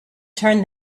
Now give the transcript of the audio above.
turn